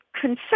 concern